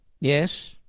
Yes